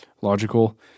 logical